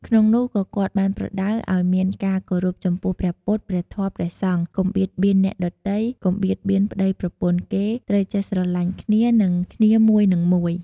ក្នុងនោះក៏គាត់បានប្រដៅឲ្យមាន ការគោរពចំពោះព្រះពុទ្ធ ព្រះធម៌ ព្រះសង្ឃ កុំបៀតបៀនអ្នកដទៃ កុំបៀតបៀនប្តីប្រពន្ធគេ ត្រូវចេះស្រលាញ់គ្នានិងគ្នាមួយនិងមួយ។